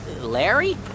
Larry